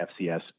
FCS